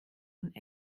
und